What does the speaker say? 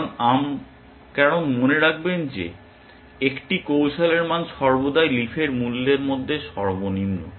কারণ মনে রাখবেন যে একটি কৌশলের মান সর্বদাই লিফের মূল্যের মধ্যে সর্বনিম্ন